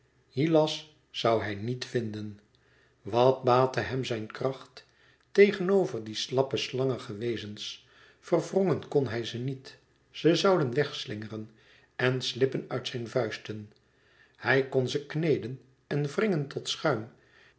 hylas zoû hij niet vinden wat baatte hem zijn kracht tegen over die slappe slangige wezens verworgen kon hij ze niet ze zouden weg slingeren en slippen uit zijn vuisten hij kon ze kneden en wringen tot schuim